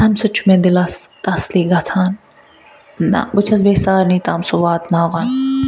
تَمہِ سۭتۍ چھُ مےٚ دِلس تسلی گَژھان نَہ بہٕ چھَس بیٚیہِ سارنی تام سُہ واتناون